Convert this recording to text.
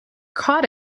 caught